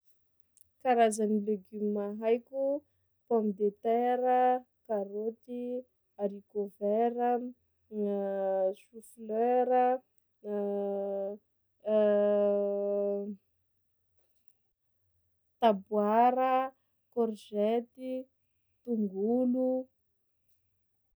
Karazagny legume haiko: pomme de terre, karôty, haricot vert, chou fleur, taboara, courgette, tongolo.